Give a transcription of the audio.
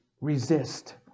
resist